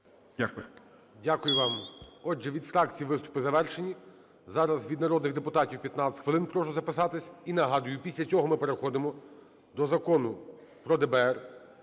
Дякую.